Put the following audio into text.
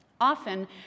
Often